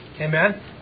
Amen